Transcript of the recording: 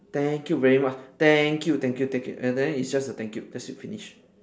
thank you very much thank you thank you thank you and then it's just a thank you that's it finish